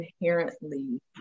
inherently